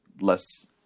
less